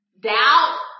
Doubt